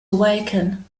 awaken